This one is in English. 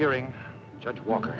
hearing judge walker